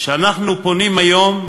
שאנחנו פונים אליו היום,